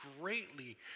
greatly